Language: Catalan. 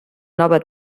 nova